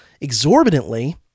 exorbitantly